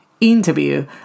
interview